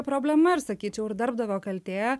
problema ir sakyčiau ir darbdavio kaltė